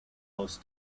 aus